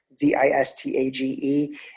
V-I-S-T-A-G-E